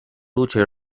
luce